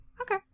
Okay